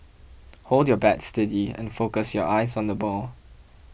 hold your bat steady and focus your eyes on the ball